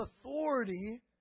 authority